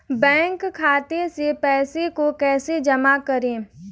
Bank खाते से पैसे को कैसे जमा करें?